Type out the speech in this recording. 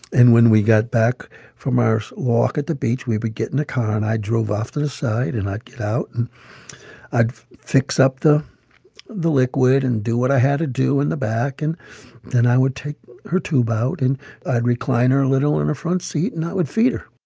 and when we got back from our walk at the beach, we would get in the car. and i drove off to the side. and i'd get out, and i'd fix up the the liquid and do what i had to do in the back. and then i would take her tube out, and i'd recline her a little in in her front seat, and i would feed her